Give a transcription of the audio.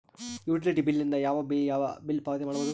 Utility bill ದಿಂದ ಯಾವ ಯಾವ ಬಿಲ್ ಪಾವತಿ ಮಾಡಬಹುದು?